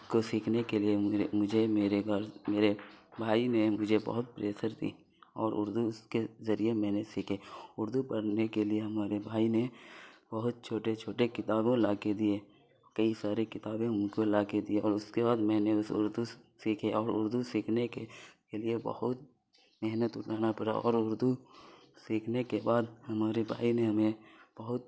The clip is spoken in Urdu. کو سیکھنے کے لیے مجھے میرے گھر میرے بھائی نے مجھے بہت پریسر دی اور اردو اس کے ذریعے میں نے سیکھے اردو پڑھنے کے لیے ہمارے بھائی نے بہت چھوٹے چھوٹے کتابوں لا کے دیے کئی سارے کتابیں ان کو لا کے دیے اور اس کے بعد میں نے اس اردو سیکھے اور اردو سیکھنے کے کے لیے بہت محنت اٹھانا پڑا اور اردو سیکھنے کے بعد ہمارے بھائی نے ہمیں بہت